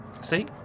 See